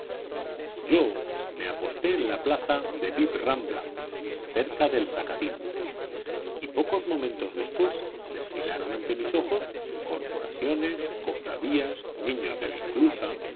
yo me aposté en la plaza de bib rambla cerca del zacatín y pocos momentos después desfilaron ante mis ojos corporaciones cofradías niños de la inclusa